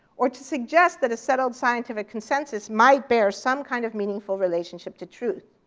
or to suggest that a settled scientific consensus might bear some kind of meaningful relationship to truth.